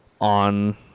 on